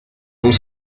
vont